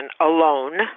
alone—